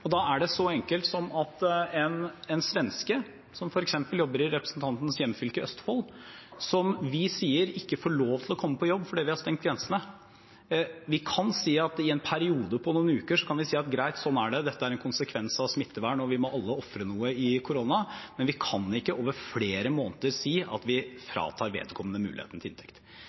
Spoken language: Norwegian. Da er det så enkelt som at for en svenske som f.eks. jobber i representantens hjemfylke i Østfold, og som vi sier ikke får lov til å komme på jobb fordi vi har stengt grensene, kan vi si at i en periode på noen uker er det greit – sånn er det, dette er en konsekvens av smittevern, og vi må alle ofre noe under koronaen. Men vi kan ikke over flere måneder si at vi fratar vedkommende muligheten til inntekt.